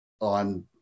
on